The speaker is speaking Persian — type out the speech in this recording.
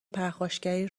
پرخاشگری